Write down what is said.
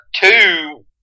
Two